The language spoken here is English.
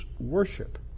worship